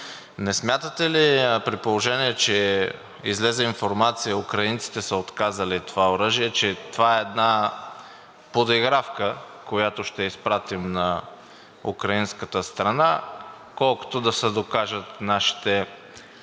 не смятате ли, при положение че излезе информация, че украинците са отказали това оръжие, че това е една подигравка, която ще изпратим на украинската страна, колкото да се докажат нашите